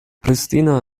pristina